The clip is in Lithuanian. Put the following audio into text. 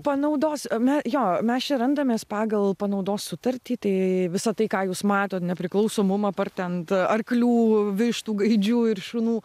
panaudos ane jo mes čia randamės pagal panaudos sutartį tai visa tai ką jūs matot nepriklauso mum apart ten arklių vištų gaidžių ir šunų